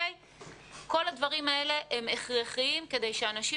כל הדברים האלה הם הכרחיים כדי שאנשים